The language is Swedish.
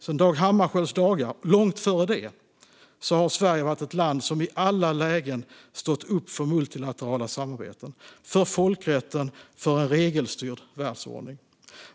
Sedan Dag Hammarskjölds dagar och långt före det har Sverige varit ett land som i alla lägen stått upp för multilaterala samarbeten, för folkrätten och för en regelstyrd världsordning.